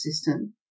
system